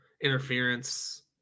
interference